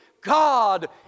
God